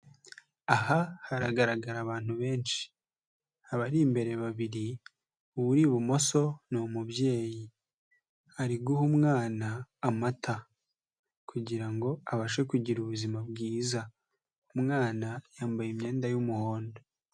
Aha haragaragara abantu benshi abari imbere babiri uwuri ibumoso ni umubyeyi ari guha umwana amata kugira ngo abashe kugira ubuzima bwiza umwana yambaye imyenda y'umuhondo.